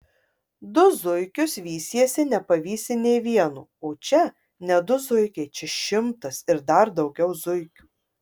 du zuikius vysiesi nepavysi nė vieno o čia ne du zuikiai čia šimtas ir dar daugiau zuikių